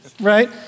right